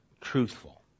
truthful